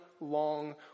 long